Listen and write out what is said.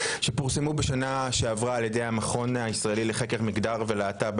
שפורסמו בשנה שעברה על ידי המכון הישראלי לחקר מגדר ולהט״ב,